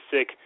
sick